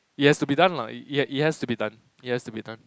it has to be done lah it has to be done it has to be done